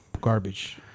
Garbage